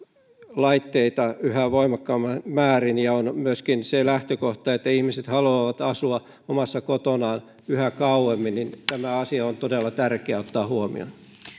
laitteita yhä voimakkaammassa määrin ja on myöskin se lähtökohta että ihmiset haluavat asua omassa kotonaan yhä kauemmin joten tämä asia on todella tärkeä ottaa huomioon